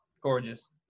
gorgeous